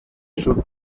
sud